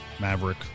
Maverick